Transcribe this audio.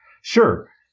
Sure